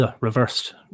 reversed